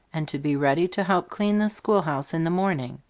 and to be ready to help clean the schoolhouse in the morning.